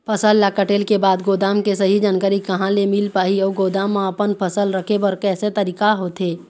फसल ला कटेल के बाद गोदाम के सही जानकारी कहा ले मील पाही अउ गोदाम मा अपन फसल रखे बर कैसे तरीका होथे?